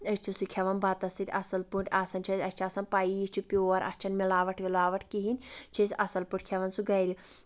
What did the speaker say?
أسۍ چھِ سُہ کھٮ۪وان بَتس سۭتۍ اَصٕل پٲٹھۍ آسان چھِ أسۍ اَسہِ چھِ آسان پایٖی یہِ چھُ پِیوٗر اَتھ چھنہٕ مِلاوَٹھ وِلاوَٹھ کِہینۍ چھِ أسۍ اَصٕل پٲٹھۍ کھٮ۪وان سُہ گرِ